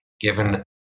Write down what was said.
given